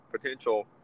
potential